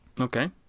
Okay